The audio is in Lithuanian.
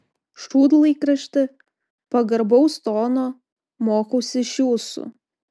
šūdlaikrašti pagarbaus tono mokausi iš jūsų